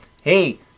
hey